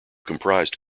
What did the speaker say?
comprised